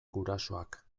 gurasoak